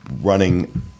running